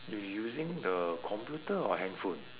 you using the computer or handphone